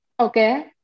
Okay